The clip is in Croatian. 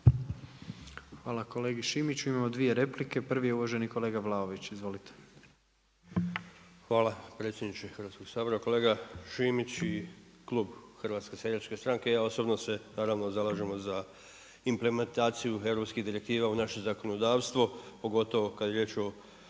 Hvala kolegi Šimiću. Imamo dvije replike, prvi je uvaženi kolega Vlaović. Izvolite. **Vlaović, Davor (HSS)** Hvala predsjedniče Hrvatskog sabora. Kolega Šimić, i klub HSS-a i ja osobno se naravno zalažem implementaciju europskih direktiva u naše zakonodavstvo, pogotovo kad je riječ o